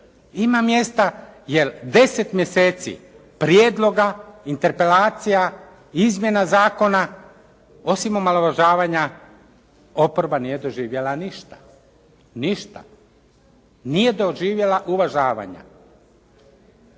ima mjesta, jer 10 mjeseci prijedloga, interpelacija, izmjena zakona osim omalovažavanja oporba nije doživjela ništa, ništa. Nije doživjela uvažavanja.